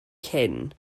cyn